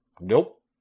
Nope